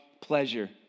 pleasure